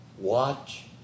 watch